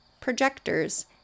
projectors